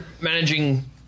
managing